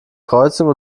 kreuzung